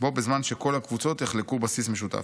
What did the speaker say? בו בזמן שכל הקבוצות יחלקו בסיס משותף.